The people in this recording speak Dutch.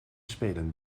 spelen